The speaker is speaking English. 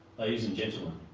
ladies and gentlemen,